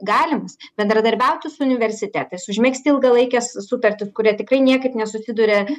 galimas bendradarbiauti su universitetais užmegzti ilgalaikes sutartis kurie tikrai niekaip nesusiduria